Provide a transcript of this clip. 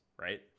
right